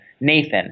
Nathan